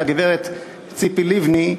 לגברת ציפי לבני,